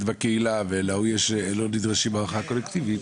בקהילה ולהוא לא נדרש הערכה קולקטיבית,